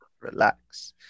relax